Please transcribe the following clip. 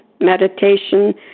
meditation